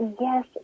Yes